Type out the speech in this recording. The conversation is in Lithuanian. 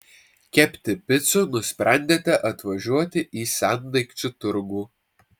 kepti picų nusprendėte atvažiuoti į sendaikčių turgų